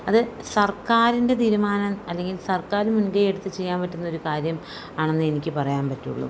അത് സർക്കാരിൻ്റെ തീരുമാനം അല്ലെങ്കിൽ സർക്കാരിന്റെ മുൻകൈ എടുത്ത് ചെയ്യാൻ പറ്റുന്നൊരു കാര്യം ആണെന്ന് എനിക്ക് പറയാൻ പറ്റുള്ളൂ